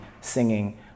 singing